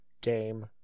game